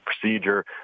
procedure